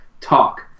talk